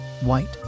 white